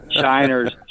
Shiners